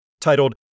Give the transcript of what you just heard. titled